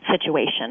situation